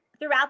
Throughout